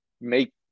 make